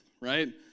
right